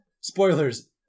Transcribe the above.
Spoilers